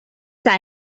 خیلی